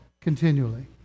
continually